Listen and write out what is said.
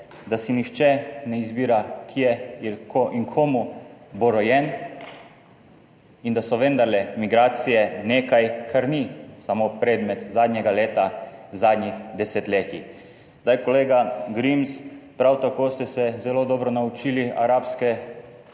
da si nihče ne izbira kje in komu bo rojen, in da so vendarle migracije nekaj kar ni samo predmet zadnjega leta, zadnjih desetletij. Zdaj, kolega Grims prav tako ste se zelo dobro naučili arabske